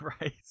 Right